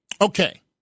Okay